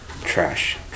Trash